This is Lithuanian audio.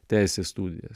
teisės studijas